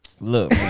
Look